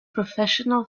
professional